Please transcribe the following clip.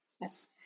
Yes